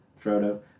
Frodo